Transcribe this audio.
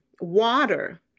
water